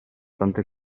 tante